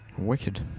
wicked